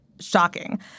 shocking